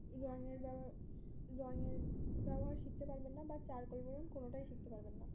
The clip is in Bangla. রঙের ব্যব রঙের ব্যবহার শিখতে পারবেন না বা চারকোল বলুন কোনোটাই শিখতে পারবেন না